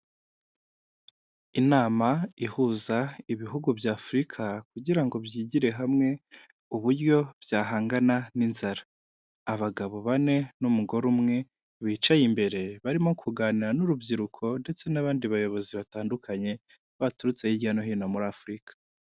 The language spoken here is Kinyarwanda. Inama ihuza ibihugu bya Afurika kugira ngo byigire hamwe uburyo byahangana n'inzara. Abagabo bane n'umugore umwe, bicaye imbere barimo kuganira n'urubyiruko ndetse n'abandi bayobozi batandukanye baturutse hirya no hino muri Afurika.